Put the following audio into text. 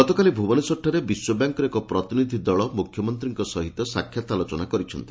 ଗତକାଲି ଭୁବନେଶ୍ୱରଠାରେ ବିଶ୍ୱବ୍ୟାଙ୍କର ଏକ ପ୍ରତିନିଧି ଦଳ ମୁଖ୍ୟମନ୍ତୀଙ୍କ ସହିତ ସାକ୍ଷାତ ଆଲୋଚନା କରିଛନ୍ତି